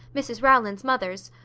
mrs rowland's mother's.